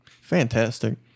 fantastic